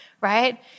right